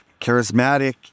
charismatic